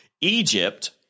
Egypt